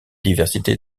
diversité